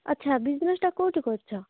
ଆଚ୍ଛା ବିଜିନେସ୍ଟା କୋଉଠି କରୁଛ